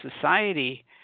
society